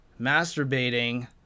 masturbating